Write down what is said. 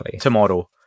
tomorrow